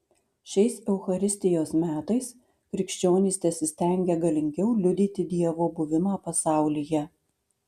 šiais eucharistijos metais krikščionys tesistengia galingiau liudyti dievo buvimą pasaulyje